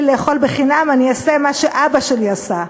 לאכול בחינם אני אעשה מה שאבא שלי עשה.